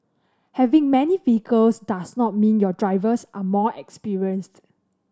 having many vehicles does not mean your drivers are more experienced